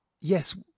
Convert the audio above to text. yes